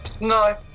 No